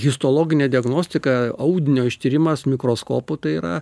histologinė diagnostika audinio ištyrimas mikroskopu tai yra